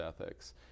ethics